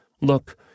Look